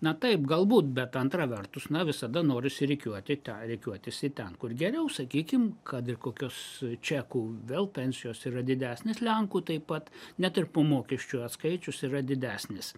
na taip galbūt bet antra vertus na visada norisi rikiuoti tą rikiuotis į ten kur geriau sakykim kad ir kokios čekų vėl pensijos yra didesnės lenkų taip pat net ir po mokesčių atskaičius yra didesnės